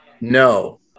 No